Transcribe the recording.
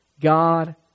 God